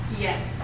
yes